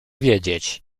wiedzieć